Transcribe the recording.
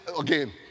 again